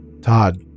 Todd